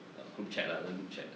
uh group chat lah 那个 group chat